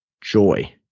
joy